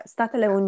Statele